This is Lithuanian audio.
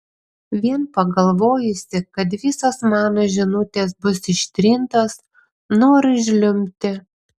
vien pagalvojusi kad visos mano žinutės bus ištrintos noriu žliumbti